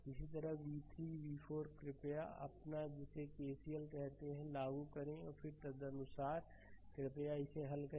इसी तरह v3 और v4 कृपया अपना जिसे केसीएल कहते हैं को लागू करें और फिर तदनुसार कृपया इसे हल करें